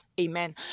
Amen